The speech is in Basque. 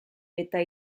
eta